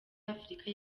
afurika